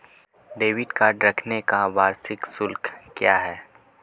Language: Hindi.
डेबिट कार्ड रखने का वार्षिक शुल्क क्या है?